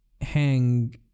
Hang